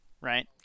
right